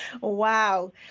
Wow